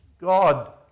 God